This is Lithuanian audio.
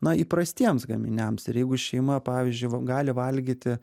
na įprastiems gaminiams ir jeigu šeima pavyzdžiui gali valgyti